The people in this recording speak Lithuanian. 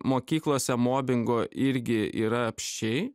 mokyklose mobingo irgi yra apsčiai